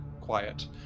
quiet